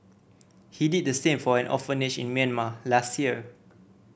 he did the same for an orphanage in Myanmar last year